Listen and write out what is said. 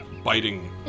Biting